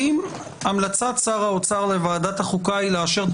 האם המלצת שר האוצר לוועדת החוקה היא לאשר את